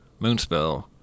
Moonspell